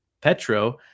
Petro